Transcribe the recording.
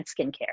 skincare